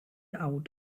out